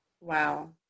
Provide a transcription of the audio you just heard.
Wow